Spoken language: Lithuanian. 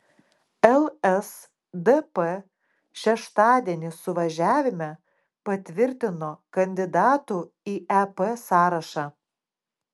lsdp šeštadienį suvažiavime patvirtino kandidatų į ep sąrašą